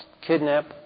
kidnap